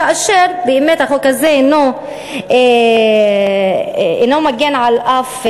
כאשר באמת החוק הזה אינו מגן על אף תושב.